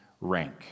rank